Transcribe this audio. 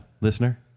listener